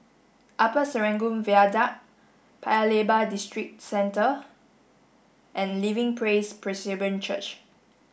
Upper Serangoon Viaduct Paya Lebar Districentre and Living Praise Presbyterian Church